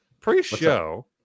Pre-show